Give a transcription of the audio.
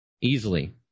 easily